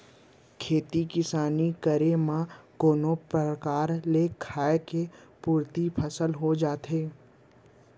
खेती किसानी करे म कोनो परकार ले खाय के पुरती फसल हो जाथे